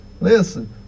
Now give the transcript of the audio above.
Listen